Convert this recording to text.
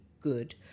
good